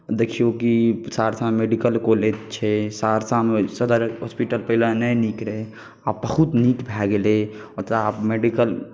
देखियौ कि सहरसामे मेडिकल कॉलेज छै सहरसामे सदर हॉस्पिटल पहिले नहि नीक रहै आब बहुत नीक भए गेलै मतलब आब मेडिकल